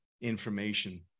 information